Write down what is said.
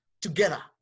together